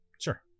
Sure